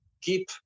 keep